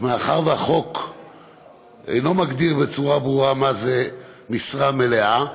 מאחר שהחוק אינו מגדיר בצורה ברורה מה זה משרה מלאה,